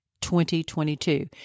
2022